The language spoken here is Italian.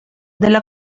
della